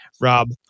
rob